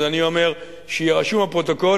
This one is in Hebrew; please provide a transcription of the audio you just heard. אני אומר: שיהיה רשום בפרוטוקול,